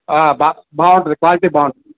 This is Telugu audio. భ బాగుంటుంది క్వాలిటి బాగుంటుంది